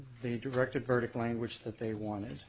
the directed verdict language that they wanted